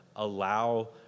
Allow